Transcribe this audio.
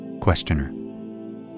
Questioner